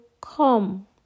come